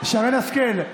שרן השכל,